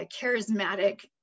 charismatic